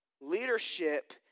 Leadership